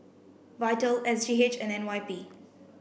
VITAL S G H and N Y P